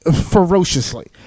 ferociously